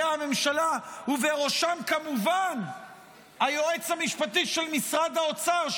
הממשלה ובראשם כמובן היועץ המשפטי של משרד האוצר,